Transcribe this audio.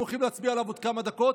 אתם הולכים להצביע עליו עוד כמה דקות,